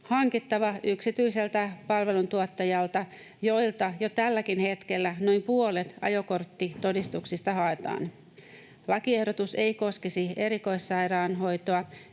hankittava yksityiseltä palveluntuottajalta, joilta jo tälläkin hetkellä noin puolet ajokorttitodistuksista haetaan. Lakiehdotus ei koskisi erikoissairaanhoitoa